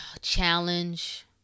challenge